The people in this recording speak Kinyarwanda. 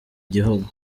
gihugu